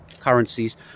currencies